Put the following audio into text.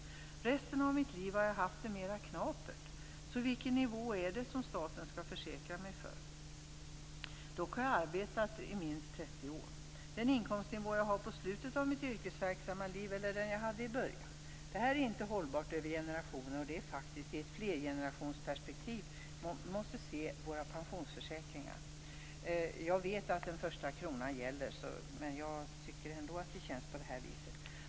Tidigare i mitt liv har jag haft det mera knapert. Dock har jag arbetat i minst 30 år. Vilken nivå är det som staten skall försäkra mig för? Är det den inkomstnivå jag har på slutet av mitt yrkesverksamma liv, eller är det den jag hade i början? Det här är inte hållbart över generationer, och det är faktiskt i ett flergenerationsperspektiv som vi måste se våra socialförsäkringar. Jag vet att den första kronan gäller, men jag tycker ändå att det känns så här.